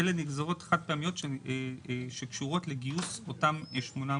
אלה נגזרות חד פעמיות שקשורות לגיוס אותם 800